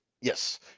Yes